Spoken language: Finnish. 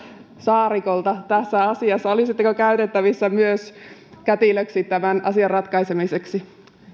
saarikolta olisitteko myös käytettävissä kätilönä tämän asian ratkaisemiseksi